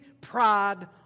pride